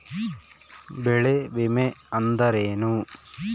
ಬೆಳೆ ವಿಮೆ ಅಂದರೇನು?